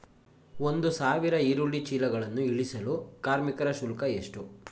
ಒಂದು ಸಾವಿರ ಈರುಳ್ಳಿ ಚೀಲಗಳನ್ನು ಇಳಿಸಲು ಕಾರ್ಮಿಕರ ಶುಲ್ಕ ಎಷ್ಟು?